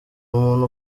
umuntu